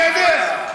בסדר?